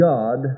God